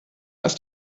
ist